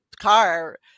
car